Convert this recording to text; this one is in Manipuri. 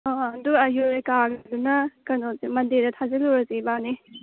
ꯑꯥ ꯑꯥ ꯑꯗꯨ ꯌꯨꯔꯦꯀꯥꯒꯤꯗꯨꯅ ꯀꯩꯅꯣꯁꯦ ꯃꯟꯗꯦꯗ ꯊꯥꯖꯤꯜꯂꯨꯔꯁꯦ ꯏꯕꯥꯅꯤ